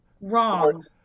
Wrong